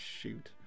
shoot